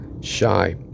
shy